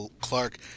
Clark